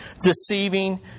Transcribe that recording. deceiving